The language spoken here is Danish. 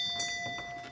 tak.